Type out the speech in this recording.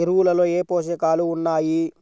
ఎరువులలో ఏ పోషకాలు ఉన్నాయి?